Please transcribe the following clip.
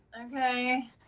Okay